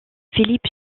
philippe